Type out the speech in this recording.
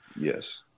Yes